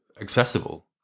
accessible